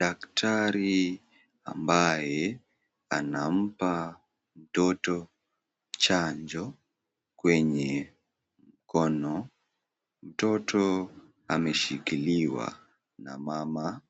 Daktari ambaye anampa mtoto chanjo kwenye mkono, mtoto ameshikiliwa na mama